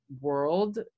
world